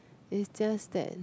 it's just then